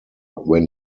when